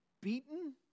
beaten